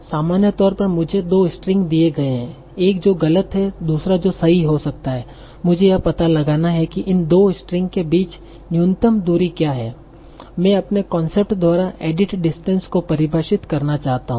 सामान्य तौर पर मुझे दो स्ट्रिंग दिए गए हैं एक जो गलत है दूसरा जो सही हो सकता है मुझे यह पता लगाना है कि इन दो स्ट्रिंग के बीच न्यूनतम दूरी क्या है मैं अपने कांसेप्ट द्वारा एडिट डिस्टेंस को परिभाषित करना चाहता हूं